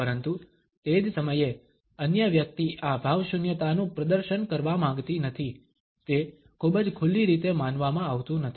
પરંતુ તે જ સમયે અન્ય વ્યક્તિ આ ભાવશૂન્યતાનું પ્રદર્શન કરવા માંગતી નથી તે ખૂબ જ ખુલ્લી રીતે માનવામાં આવતું નથી